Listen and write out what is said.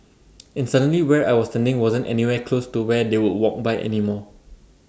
and suddenly where I was standing wasn't anywhere close to where they would walk by anymore